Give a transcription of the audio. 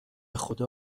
خدا